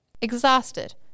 exhausted